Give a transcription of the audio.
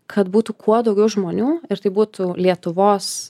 kad būtų kuo daugiau žmonių ir tai būtų lietuvos